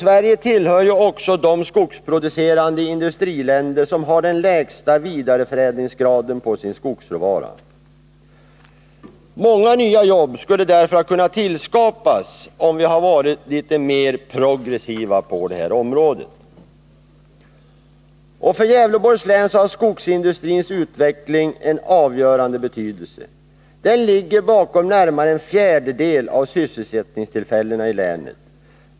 Sverige tillhör också de skogsproducerande industriländer som har den lägsta vidareförädlingsgraden på sin skogsråvara. Många nya jobb skulle därför ha kunnat tillskapas om vi hade varit litet mer progressiva på det här området. För Gävleborgs län har skogsindustrins utveckling avgörande betydelse. Den ligger bakom närmare en fjärdedel av sysselsättningstillfällena i länet.